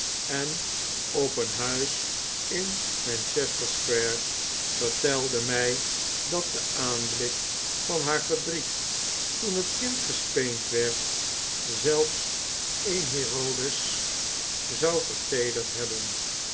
en op een huis in manchester square vertelde mij dat de aanblik van haar verdriet toen het kind gespeend werd zelfs een herodes zou verteederd hebben